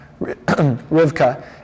Rivka